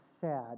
sad